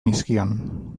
nizkion